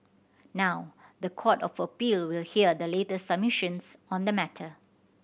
now the Court of Appeal will hear the latest submissions on the matter